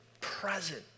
present